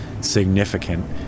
significant